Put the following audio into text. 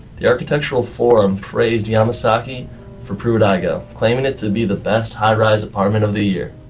the architectural forum praised yamasaki for pruitt-igoe, claiming it to be the best high-rise apartment of the year.